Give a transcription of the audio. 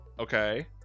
okay